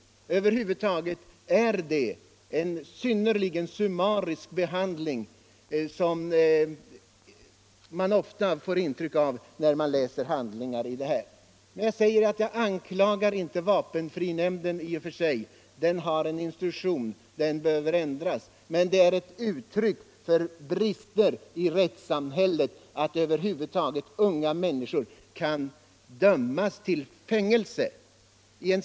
Över huvud taget får man ofta när man läser handlingarna i sådana här ärenden intrycket att de får en synnerligen summarisk behandling. Men jag anklagar inte vapenfrinämnden i och för sig. Den har en instruktion, och den instruktionen behöver ändras. Det är uttryck för brister i rättssamhället att unga redbara människor över huvud taget kan dömas till fängelse.